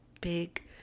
big